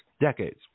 decades